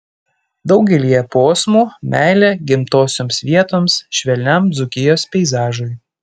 daugelyje posmų meilė gimtosioms vietoms švelniam dzūkijos peizažui